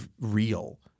real